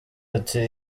ati